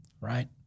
right